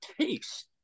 taste